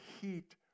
heat